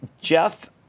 Jeff